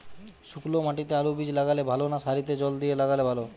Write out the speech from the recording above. শুক্নো মাটিতে আলুবীজ লাগালে ভালো না সারিতে জল দিয়ে লাগালে ভালো?